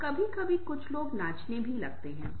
और कभी कभी कुछ लोग नाचने भी लगते हैं